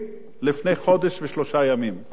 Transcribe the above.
לפני חודש וארבעה ימים,